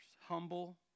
Humble